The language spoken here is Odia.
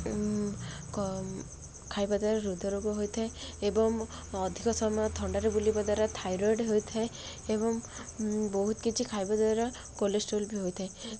ଖାଇବା ଦ୍ୱାରା ହୃଧ ରୋଗ ହୋଇଥାଏ ଏବଂ ଅଧିକ ସମୟ ଥଣ୍ଡାରେ ବୁଲିବା ଦ୍ୱାରା ଥାଇରଏଡ଼୍ ହୋଇଥାଏ ଏବଂ ବହୁତ କିଛି ଖାଇବା ଦ୍ୱାରା କୋଲେଷ୍ଟ୍ରୋଲ୍ ବି ହୋଇଥାଏ